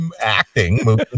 acting